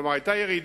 כלומר היתה ירידה,